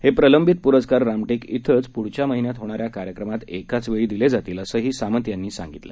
हे प्रलंबित पुरस्कार रामटेक इथंच पुढच्या महिन्यात होणाऱ्या कार्यक्रमात एकाचवेळी दिले जातील असंही सामंत यांनी यावेळी सांगितलं